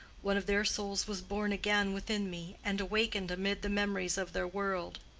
one of their souls was born again within me, and awakened amid the memories of their world.